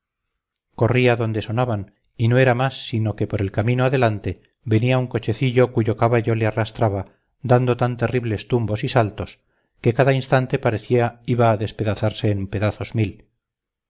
a donde sonaban y no era más sino que por el camino adelante venía un cochecillo cuyo caballo le arrastraba dando tan terribles tumbos y saltos que cada instante parecía iba a deshacerse en pedazos mil